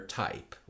type